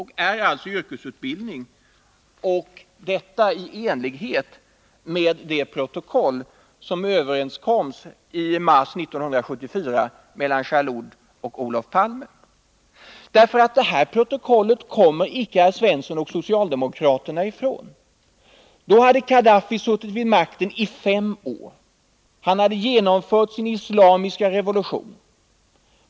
Det är alltså, i enlighet med det protokoll som upprättades i mars 1974 mellan Jalloud och Olof Palme, fråga om yrkesutbildning. Detta protokoll kommer inte Olle Svensson och socialdemokraterna ifrån. Då hade Khadaffi suttit vid makten i fem år. Han hade genomfört sin islamiska revolution.